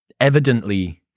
evidently